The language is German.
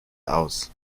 aus